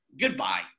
Goodbye